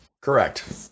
Correct